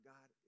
God